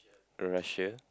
Russia